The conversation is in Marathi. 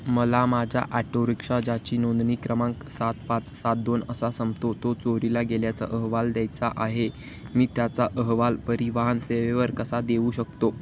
मला माझ्या आटोरिक्षा ज्याची नोंदणी क्रमांक सात पाच सात दोन असा संपतो तो चोरीला गेल्याचा अहवाल द्यायचा आहे मी त्याचा अहवाल परिवहन सेवेवर कसा देऊ शकतो